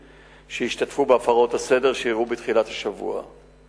שהשתתפו בהפרות הסדר שאירעו בתחילת השבוע.